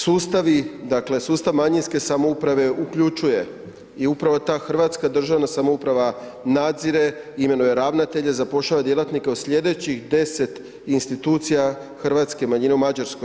Sustavi, dakle sustav manjinske samouprave uključuje i upravo ta Hrvatska državna samouprava nadzire, imenuje ravnatelje, zapošljava djelatnike u slijedećih 10 institucija hrvatske manjine u Mađarskoj.